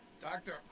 Doctor